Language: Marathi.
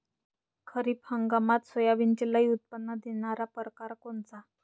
खरीप हंगामात सोयाबीनचे लई उत्पन्न देणारा परकार कोनचा?